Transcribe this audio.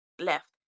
left